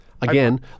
Again